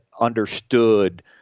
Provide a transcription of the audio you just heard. understood